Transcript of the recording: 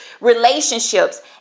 relationships